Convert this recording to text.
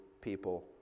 people